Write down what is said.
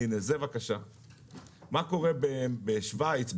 מה קורה בשוויץ,